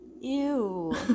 Ew